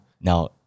Now